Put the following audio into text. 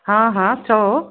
हा हा चओ